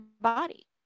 body